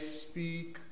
speak